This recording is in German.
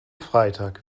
freitag